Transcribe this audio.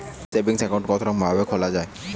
Saving account কতরকম ভাবে খোলা য়ায়?